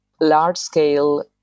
large-scale